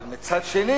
אבל מצד שני